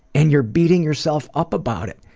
and you're beating yourself up about it.